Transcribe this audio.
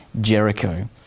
Jericho